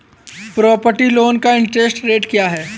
Property loan का interest rate क्या है?